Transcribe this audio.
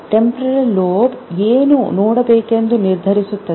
temporal lobe ಏನು ನೋಡಬೇಕೆಂದು ನಿರ್ಧರಿಸುತ್ತದೆ